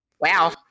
Wow